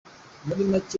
make